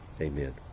Amen